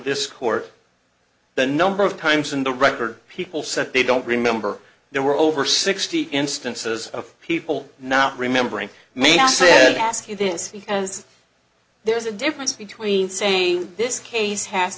this court the number of times in the record people said they don't remember there were over sixty instances of people not remembering me i said ask you this because there is a difference between saying this case has